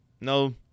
no